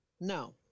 No